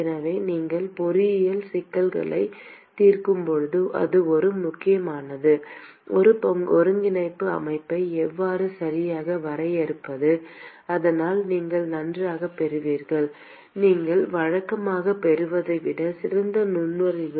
எனவே நீங்கள் பொறியியல் சிக்கல்களைத் தீர்க்கும் போது இது மிகவும் முக்கியமானது ஒரு ஒருங்கிணைப்பு அமைப்பை எவ்வாறு சரியாக வரையறுப்பது அதனால் நீங்கள் நன்றாகப் பெறுவீர்கள் நீங்கள் வழக்கமாகப் பெறுவதை விட சிறந்த நுண்ணறிவு